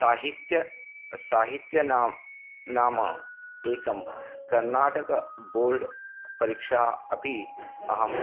साहित्यं साहित्यं नाम नाम एकं कर्नाटकः बोर्ड् परीक्षा अपि अहम्